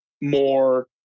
more